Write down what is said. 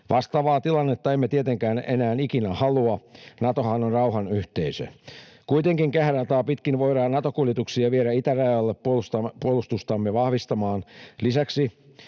Vastaavaa tilannetta emme tietenkään enää ikinä halua, Natohan on rauhan yhteisö. Kuitenkin kehärataa pitkin voidaan Nato-kuljetuksia viedä itärajalle puolustustamme vahvistamaan, lisäksi